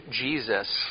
Jesus